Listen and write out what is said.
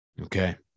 Okay